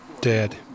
Dead